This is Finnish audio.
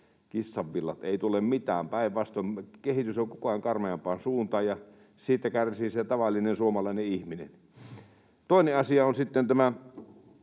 Kissan villat, ei tule mitään. Päinvastoin kehitys on koko ajan karmeampaan suuntaan, ja siitä kärsii se tavallinen suomalainen ihminen. Toinen asia on sitten